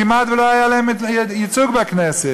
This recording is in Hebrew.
כמעט שלא היה להם ייצוג בכנסת.